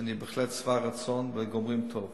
שאני בהחלט שבע רצון, וגומרים טוב.